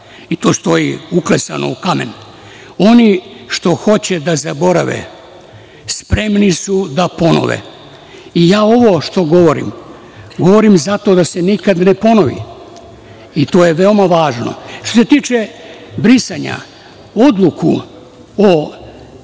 i to stoji uklesano u kamenu "Oni što hoće da zaborave, spremni su da ponove". Ovo što govorim, govorim zato da se nikada ne ponovi i to je veoma važno. Što se tiče brisanja, odluku o